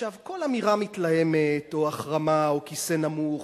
כל אמירה מתלהמת, החרמה או כיסא נמוך,